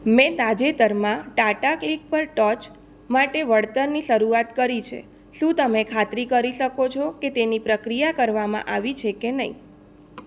મેં તાજેતરમાં ટાટા ક્લિક પર ટોચ માટે વળતરની શરૂઆત કરી છે શું તમે ખાતરી કરી શકો છો કે તેની પ્રક્રિયા કરવામાં આવી છે કે નહીં